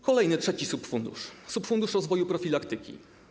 Kolejny, trzeci subfundusz, subfundusz rozwoju profilaktyki.